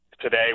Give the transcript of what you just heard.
today